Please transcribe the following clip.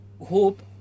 hope